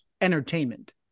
entertainment